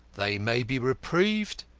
they may be reprieved,